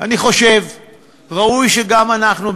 אני חושב שראוי שגם אנחנו,